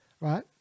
right